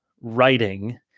writing